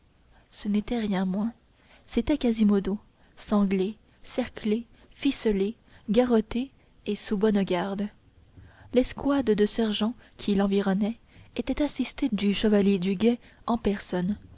ce n'était rien moins c'était quasimodo sanglé cerclé ficelé garrotté et sous bonne garde l'escouade de sergents qui l'environnait était assistée du chevalier du guet en personne